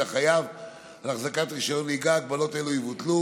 ישראל היא שהתחבורה הציבורית מחוללת הדבקה,